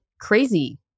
crazy